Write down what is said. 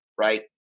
right